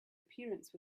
appearance